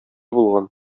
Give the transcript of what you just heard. булган